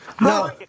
No